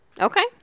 Okay